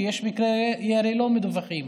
כי יש מקרי ירי לא מדווחים,